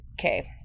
Okay